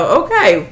okay